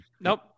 Nope